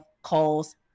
Calls